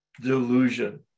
delusion